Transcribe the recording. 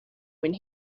when